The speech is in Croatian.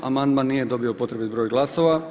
Amandman nije dobio potreban broj glasova.